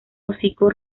hocico